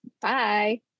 bye